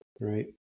Right